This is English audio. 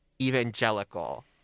evangelical